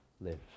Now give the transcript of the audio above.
live